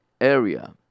area